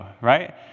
right